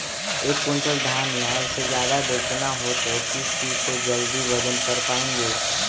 एक क्विंटल धान या उससे ज्यादा बेचना हो तो किस चीज से जल्दी वजन कर पायेंगे?